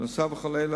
נוסף על כל אלו,